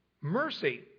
Mercy